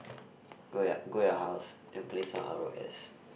go your go your house and play some r_o_s